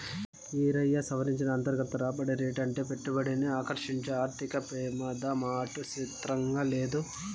ఈరయ్యా, సవరించిన అంతర్గత రాబడి రేటంటే పెట్టుబడిని ఆకర్సించే ఆర్థిక పెమాదమాట సిత్రంగా లేదూ